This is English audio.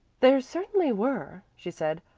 there certainly were, she said.